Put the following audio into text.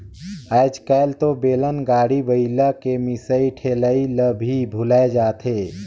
आयज कायल तो बेलन, गाड़ी, बइला के मिसई ठेलई ल भी भूलाये जाथे